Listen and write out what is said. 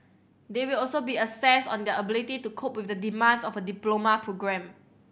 they will also be assessed on their ability to cope with the demands of a diploma programme